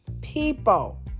people